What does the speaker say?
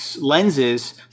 lenses